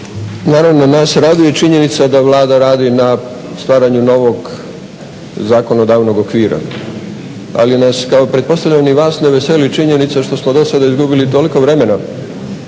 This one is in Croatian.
naravno nas raduje činjenica da Vlada radi na stvaranju novog zakonodavnog okvira. Ali nas kao i pretpostavljam ni vas ne veseli činjenica što smo dosada izgubili toliko vremena